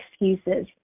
excuses